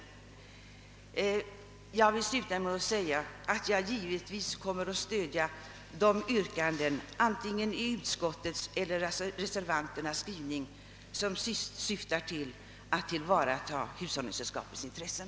Jag vill avsluta mitt anförande med att säga, att jag givetvis kommer att stödja de yrkanden — antingen i utskottets eller reservanternas skrivning — som syftar till att tillvarata hushållningssällskapens intressen.